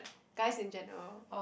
guys in general